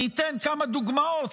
אני אתן כמה דוגמאות,